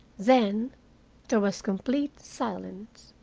then there was complete silence.